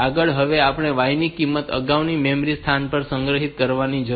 આગળ હવે આપણે y ની કિંમતને અગાઉના મેમરી સ્થાન પર સંગ્રહિત કરવાની જરૂર છે